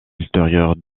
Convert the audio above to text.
ultérieures